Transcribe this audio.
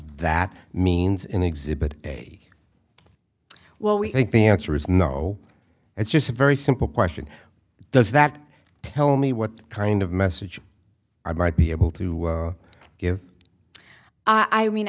that means in exhibit a well we think the answer is no it's just a very simple question does that tell me what kind of message i might be able to give i